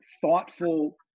thoughtful